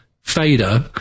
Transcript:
fader